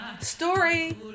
story